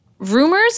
Rumors